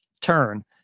turn